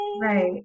Right